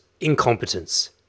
incompetence